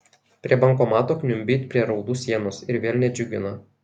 prie bankomato kniumbi it prie raudų sienos ir vėl nedžiugina